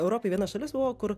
europoj viena šalis buvo kur